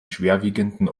schwerwiegenden